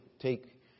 take